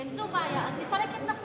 ואם זו בעיה, אז לפרק התנחלויות.